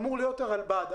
אמורה להיות הרלב"ד.